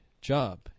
job